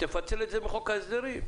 לפצל את זה בחוק ההסדרים.